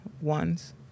ones